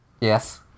Yes